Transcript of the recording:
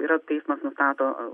yra teismas nustato